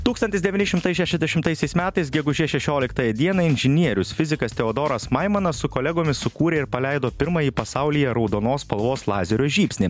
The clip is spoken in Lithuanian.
tūkstantis devyni šimtai šešiasdešimtaisiais metais gegužės šešioliktąją dieną inžinierius fizikas teodoras maimanas su kolegomis sukūrė ir paleido pirmąjį pasaulyje raudonos spalvos lazerio žybsnį